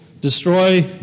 destroy